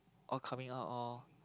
all coming out all